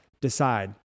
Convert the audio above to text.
decide